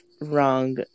wrong